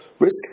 risk